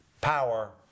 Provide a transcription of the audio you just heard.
power